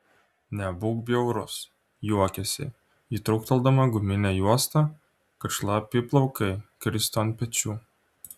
nebūk bjaurus juokiasi ji trūkteldama guminę juostą kad šlapi plaukai kristų ant pečių